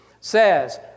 says